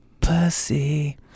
pussy